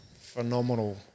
phenomenal